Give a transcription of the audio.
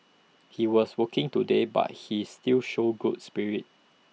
he was working today but he still showed good spirit